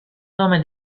nome